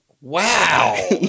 Wow